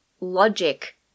logic